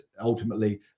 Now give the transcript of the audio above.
ultimately